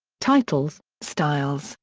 titles, styles,